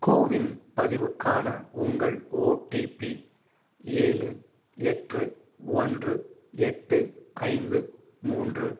CoWIN பதிவுக்கான உங்கள் OTP ஏழு எட்டு ஒன்று எட்டு ஐந்து மூன்று